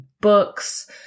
books